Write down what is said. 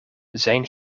zijn